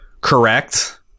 correct